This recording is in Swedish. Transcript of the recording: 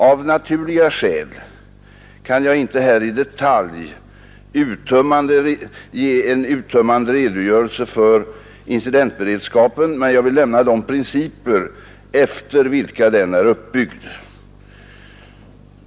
Av naturliga skäl kan jag inte här ge en i detalj uttömmande redogörelse för incidentberedskapen, men jag vill nämna de principer efter vilka den är uppbyggd.